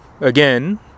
again